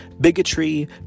Bigotry